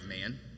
man